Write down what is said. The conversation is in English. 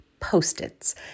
post-its